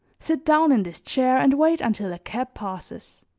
sit down in this chair and wait until a cab passes.